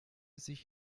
sich